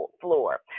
floor